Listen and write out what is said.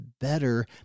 better